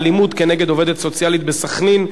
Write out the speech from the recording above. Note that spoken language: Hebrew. אגבאריה: אלימות כנגד עובדת סוציאלית בסח'נין,